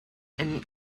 and